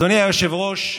אדוני היושב-ראש,